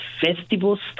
festivals